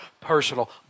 personal